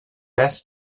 best